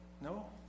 No